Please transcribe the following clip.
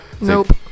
Nope